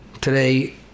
Today